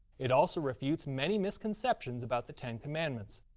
it also refutes many misconceptions about the ten commandments,